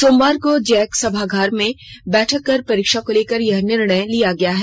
सोमवार को जैक सभागार में बैठक कर परीक्षा को लेकर यह निर्णय लिया गया है